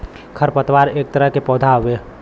खर पतवार एक तरह के पौधा हउवे